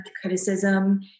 criticism